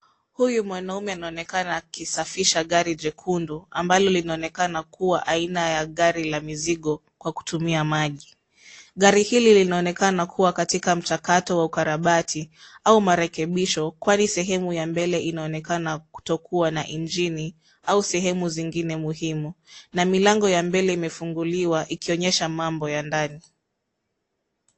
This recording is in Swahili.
Huyu mwanaume anaonekana akisafisha gari jekundu ambalo linaonekana kuwa aina ya gari la mizigo kwa kutumia maji. Gari hili linaonekana kuwa katika mchakato wa ukarabati au marekebisho kwani sehemu ya mbele inaonekana kutokuwa na injini au sehemu zingine muhimu na milango ya mbele imefunguliwa ikionyesha mambo ya ndani.